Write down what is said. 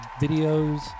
videos